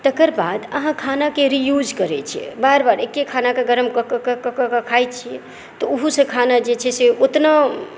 तकर बाद आहाँ खानाके रीयूज करै छियै बार बार एके खानाके गरम कऽ कऽ खाय छियै तऽ ओहू से खाना जे छै से ओतना